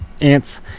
Ants